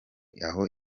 aho